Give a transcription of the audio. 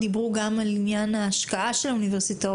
דיברו על ההשקעה של האוניברסיטאות